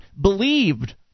believed